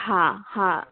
হা হা